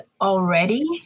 already